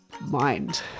mind